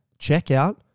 checkout